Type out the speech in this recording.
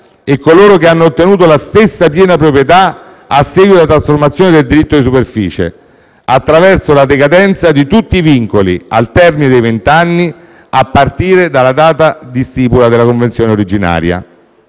e coloro che hanno ottenuto la stessa piena proprietà a seguito della trasformazione del diritto di superficie, attraverso la decadenza di tutti i vincoli alterni dei vent'anni a partire dalla data di stipula della convenzione originaria.